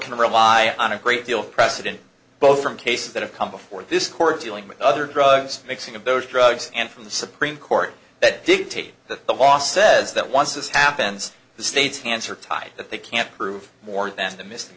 can rely on a great deal precedent both from cases that have come before this court dealing with other drugs mixing of those drugs and from the supreme court that dictate that the law says that once this happens the state's hands are tied that they can't prove more than the mis